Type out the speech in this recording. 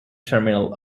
terminal